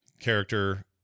character